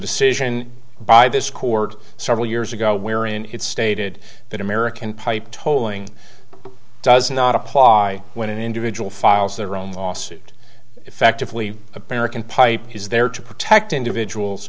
decision by this court several years ago wherein it stated that american pipe tolling does not apply when an individual files their own lawsuit effectively a parent can pipe is there to protect individuals